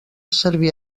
servir